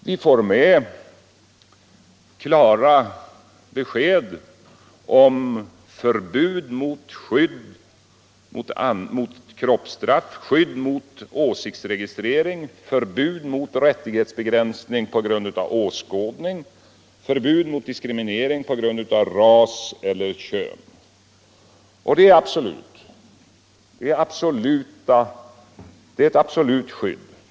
Vi får med skydd mot kroppsstraff, skydd mot åsiktsregistrering, skydd mot rättighetsbegränsningar på grund av åskådning, skydd mot föreskrifter som innebär diskriminering på grund av ras eller kön. Och det är ett absolut skydd.